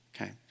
Okay